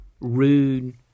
rude